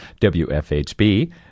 WFHB